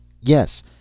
Yes